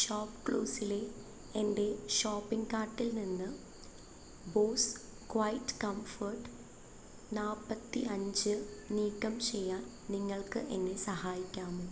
ഷോപ്പ്ക്ലൂസിലെ എൻ്റെ ഷോപ്പിംഗ് കാർട്ടിൽ നിന്ന് ബോസ് ക്വയറ്റ് കംഫർട്ട് നാൽപ്പത്തി അഞ്ച് നീക്കം ചെയ്യാൻ നിങ്ങൾക്ക് എന്നെ സഹായിക്കാമോ